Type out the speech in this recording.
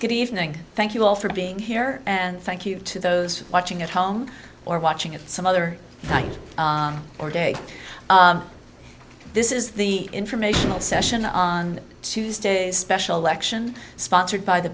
good evening thank you all for being here and thank you to those watching at home or watching at some other night or day this is the informational session on tuesday a special election sponsored by the